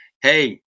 hey